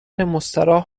مستراح